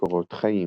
קורות חיים